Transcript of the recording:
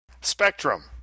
Spectrum